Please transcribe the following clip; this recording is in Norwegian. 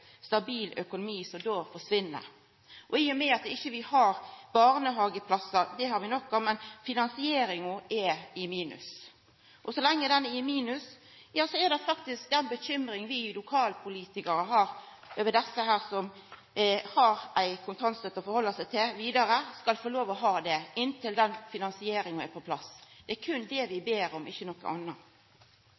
barnehageplassar, men finansieringa er i minus, og så lenge ho er i minus, bekymrar vi lokalpolitikarar oss over om dei som har ei kontantstøtte å halda seg til vidare, skal få lov til å ha det inntil den finansieringa er på plass. Det er berre det vi ber om, ikkje noko anna.